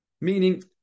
Meaning